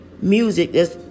music